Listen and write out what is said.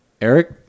eric